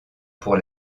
pour